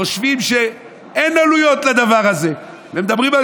חושבים שאין עלויות לדבר הזה ומדברים על